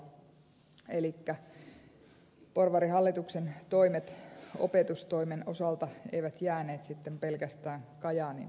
elikkä porvarihallituksen toimet opetustoimen osalta eivät jääneet sitten pelkästään kajaanin palveluiden leikkaamiseen